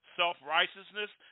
self-righteousness